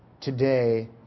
today